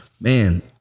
man